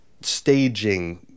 staging